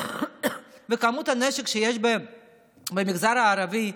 כמות הנשק שיש במגזר הערבי,